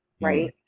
right